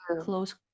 close